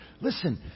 Listen